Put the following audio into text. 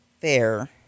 fair